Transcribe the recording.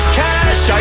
cash